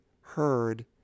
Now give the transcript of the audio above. heard